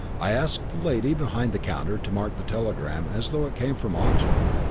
i asked the lady behind the counter to mark the telegram as though it came from oxford.